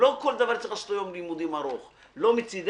ולא כל דבר צריך לעשות לו יום לימודים ארוך לא מצדך,